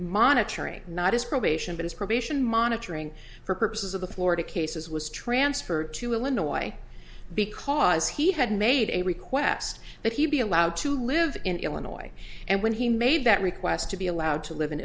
monitoring not his probation but his probation monitoring for purposes of the florida cases was transferred to illinois because he had made a request that he be allowed to live in illinois and when he made that request to be allowed to live in